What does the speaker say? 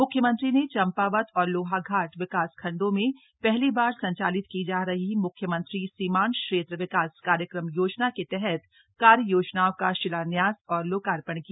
मुख्यमन्त्री ने चंपावत और लोहाघाट विकासनखंडों में पहली बार संचालित की जा रही म्ख्यमंत्री सीमांत क्षेत्र विकास कार्यक्रम योजना के तहत कार्ययोजनाओं का शिलान्यास और लोकर्पण किया